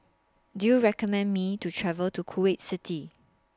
Do YOU recommend Me to travel to Kuwait City